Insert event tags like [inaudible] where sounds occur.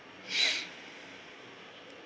[breath]